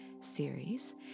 series